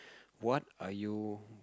what are you